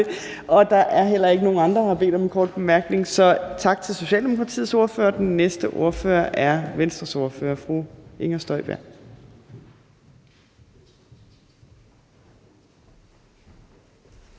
Der er heller ikke nogen andre, der har bedt om en kort bemærkning, så tak til Socialdemokratiets ordfører. Den næste ordfører er Venstres ordfører, fru Inger Støjberg.